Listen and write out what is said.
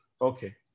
Okay